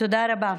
תודה רבה.